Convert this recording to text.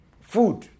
food